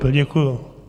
Děkuju.